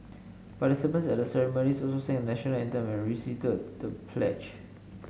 participants at the ceremonies also sang the National Anthem and recited the pledge